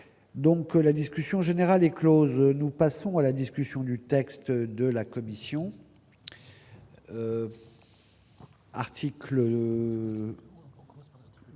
La discussion générale est close. Nous passons à la discussion du texte de la commission.